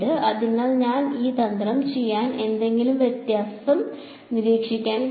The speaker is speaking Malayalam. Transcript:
അതിനാൽ ഞാൻ ഈ തന്ത്രം ചെയ്താൽ എന്തെങ്കിലും വ്യത്യാസം നിരീക്ഷിക്കാൻ കഴിയും